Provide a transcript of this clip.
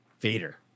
Vader